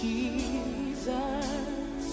Jesus